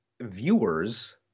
viewers